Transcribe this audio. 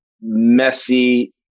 messy